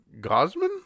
Gosman